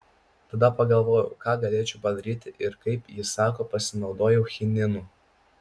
tada pagalvojau ką galėčiau padaryti ir kaip ji sako pasinaudojau chininu